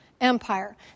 empire